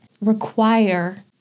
require